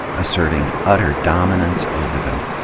asserting utter dominance over them,